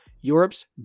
europe's